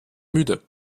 müde